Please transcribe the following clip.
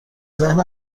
ذهنم